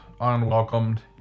unwelcomed